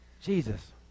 Jesus